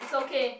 it's okay